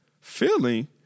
feeling